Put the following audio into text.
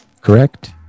correct